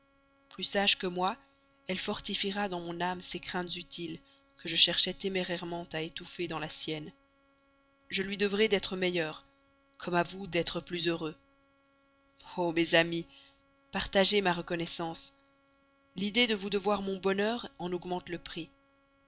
plus sage que moi elle fortifiera dans mon âme ces craintes utiles que je cherchais témérairement à étouffer dans la sienne je lui devrai d'être meilleur comme à vous d'être plus heureux o mes amis partagez ma reconnaissance l'idée de vous devoir mon bonheur en augmente le prix